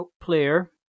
player